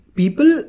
people